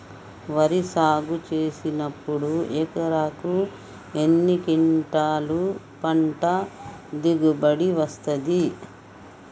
వరి సాగు చేసినప్పుడు ఎకరాకు ఎన్ని క్వింటాలు పంట దిగుబడి వస్తది?